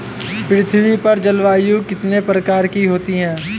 पृथ्वी पर जलवायु कितने प्रकार की होती है?